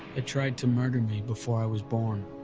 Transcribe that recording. it tried to murder me before i was born.